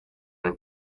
and